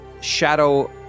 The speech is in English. shadow